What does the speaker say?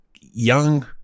young